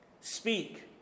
Speak